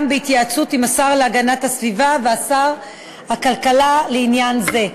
בהתייעצות עם השר להגנת הסביבה ושר הכלכלה והתעשייה לעניין זה.